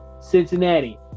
Cincinnati